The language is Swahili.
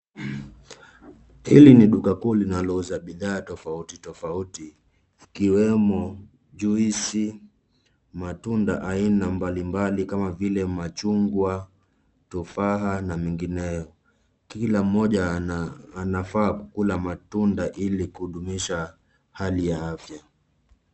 Hili ni duka kuu linalouza bidhaa tofautitofauti ikiwemo juisi, matunda aina mbalimbali kama vile machungwa, tufaha na mengineyo. Kila mmoja anafaa kula matunda ili kudumisha hali ya afya.